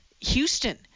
Houston